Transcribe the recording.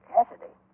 Cassidy